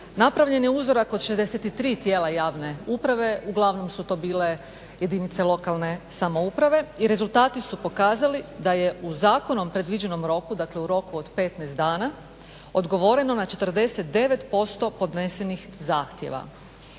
Napravljen je uzorak od 63 tijela javne uprave, uglavnom su to bile jedinice lokalne samouprave i rezultati su pokazali da je u zakonom predviđenom roku, dakle u roku od 15 dana odgovoreno na 49% podnesenih zahtjeva.